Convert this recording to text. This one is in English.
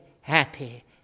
happy